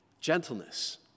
gentleness